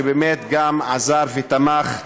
שבאמת גם עזר ותמך,